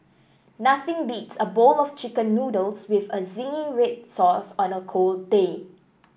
nothing beats a bowl of chicken noodles with a zingy red sauce on a cold day